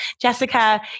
Jessica